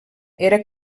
era